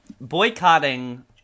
boycotting